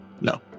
No